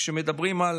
כשמדברים על